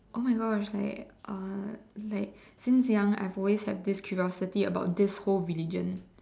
oh my Gosh like uh like since young I've always had this curiosity about this whole religion